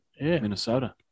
Minnesota